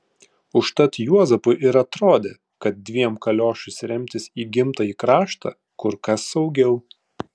užtat juozapui ir atrodė kad dviem kaliošais remtis į gimtąjį kraštą kur kas saugiau